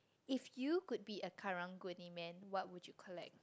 if you could be a karang guni man what would you collect